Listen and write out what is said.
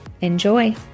Enjoy